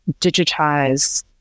digitize